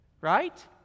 Right